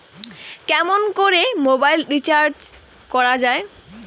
কেমন করে mobile recharge করা য়ায়?